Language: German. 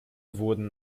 wurden